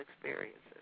experiences